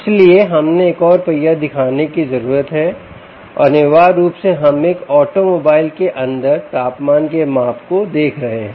इसलिए हमें एक और पहिया दिखाने की जरूरत है और अनिवार्य रूप से हम एक ऑटोमोबाइल के अंदर तापमान के माप को देख रहे हैं